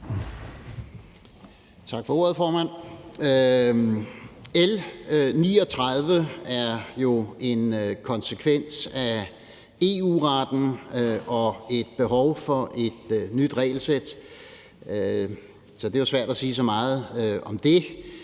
Tak for ordet, formand. L 39 er jo en konsekvens af EU-retten og et behov for et nyt regelsæt, så det er svært at sige så meget om det.